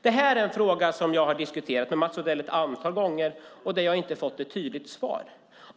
Denna fråga har jag diskuterat med Mats Odell ett antal gånger utan att ha fått ett tydligt svar.